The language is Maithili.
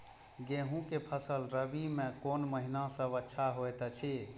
गेहूँ के फसल रबि मे कोन महिना सब अच्छा होयत अछि?